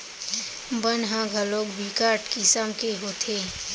बन ह घलोक बिकट किसम के होथे